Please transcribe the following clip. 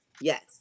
Yes